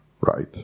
Right